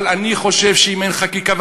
אבל אני חושב שאם אין חקיקה,